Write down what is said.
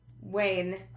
Wayne